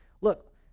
Look